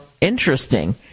interesting